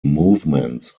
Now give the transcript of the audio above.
movements